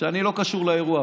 שאני לא קשור לאירוע.